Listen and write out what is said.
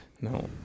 no